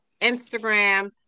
Instagram